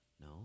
no